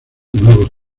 nuevos